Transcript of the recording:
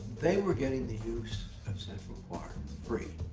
they were getting the use of central park free.